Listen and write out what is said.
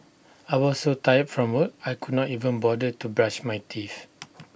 I was so tired from work I could not even bother to brush my teeth